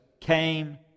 came